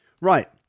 Right